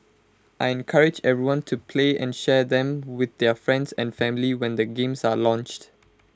I encourage everyone to play and share them with their friends and family when the games are launched